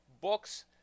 books